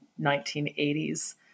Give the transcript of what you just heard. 1980s